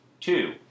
Two